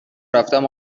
رفتم